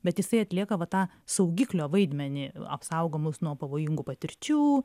bet jisai atlieka va tą saugiklio vaidmenį apsaugo mus nuo pavojingų patirčių